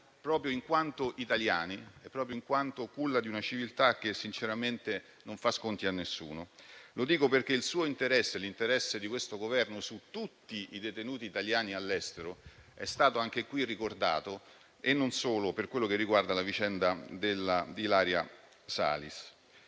proprio in quanto italiani e proprio in quanto culla di una civiltà che, sinceramente, non fa sconti a nessuno. Lo dico perché il suo interesse, l'interesse di questo Governo, è per tutti i detenuti italiani all'estero - come è stato anche qui ricordato - e non riguarda solo la vicenda di Ilaria Salis.